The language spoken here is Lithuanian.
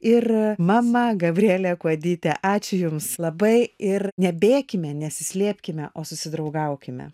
ir mama gabriele kuodyte ačiū jums labai ir nebėkime nesislėpkime o susidraugaukime